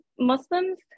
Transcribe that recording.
Muslims